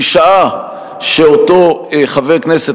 משעה שאותו חבר הכנסת,